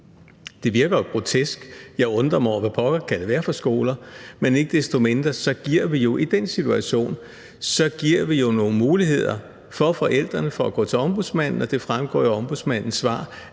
Det virker jo grotesk. Jeg undrer mig over, hvad pokker det kan være for skoler. Men ikke desto mindre giver vi jo i den situation forældrene nogle muligheder for at gå til Ombudsmanden. Det fremgår jo af Ombudsmandens svar,